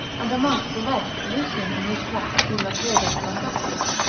and amongst the rest lucian in his tract de mercede conductis,